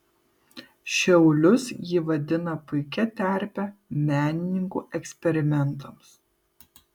šiaulius ji vadina puikia terpe menininkų eksperimentams